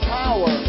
power